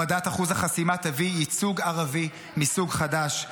הורדת אחוז החסימה תביא ייצוג ערבי מסוג חדש,